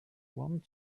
want